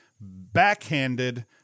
backhanded